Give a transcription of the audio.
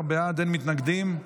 12 בעד, אין מתנגדים.